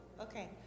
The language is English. Okay